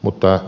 mutta